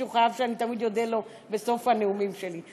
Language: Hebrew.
שהוא חייב שאני תמיד אודה לו בסוף הנאומים שלי.